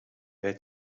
bij